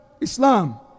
Islam